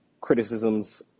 criticisms